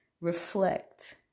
Reflect